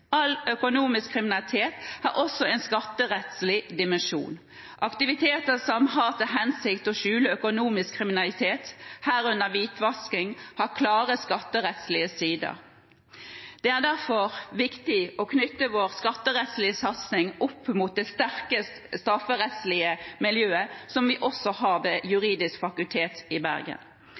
All økonomisk kriminalitet har også en skatterettslig dimensjon. Aktiviteter som har til hensikt å skjule økonomisk kriminalitet – herunder hvitvasking – har klare skatterettslige sider. Det er derfor viktig å knytte vår skatterettslige satsing opp mot det sterkeste strafferettslige miljøet, som vi også har ved Det juridiske fakultet i Bergen.